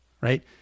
right